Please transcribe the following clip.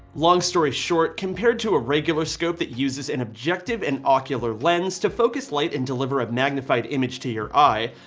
long story short, compared to a regular scope that uses an objective and ocular lens to focus light and deliver a magnified image to your eye,